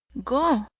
go!